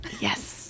Yes